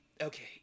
Okay